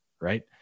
right